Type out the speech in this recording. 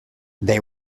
they